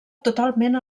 totalment